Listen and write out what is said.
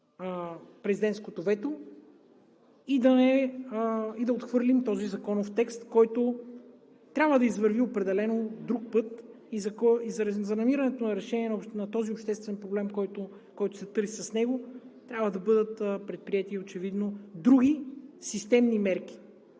президентското вето и да отхвърлим този законов текст, който трябва да извърви определено друг път и заради намирането на решение на този обществен проблем, който се търси с него, трябва да бъдат предприети очевидно други системни мерки.